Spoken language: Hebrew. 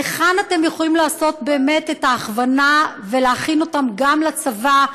היכן אתם יכולים לעשות את ההכוונה ולהכין אותם גם לצבא,